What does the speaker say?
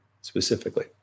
specifically